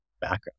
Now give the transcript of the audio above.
background